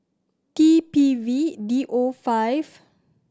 T P V D O five